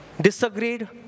disagreed